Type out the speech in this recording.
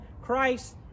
christ